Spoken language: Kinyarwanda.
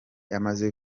amaze